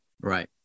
right